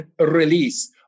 release